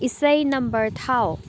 ꯏꯁꯩ ꯅꯝꯕꯔ ꯊꯥꯎ